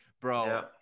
Bro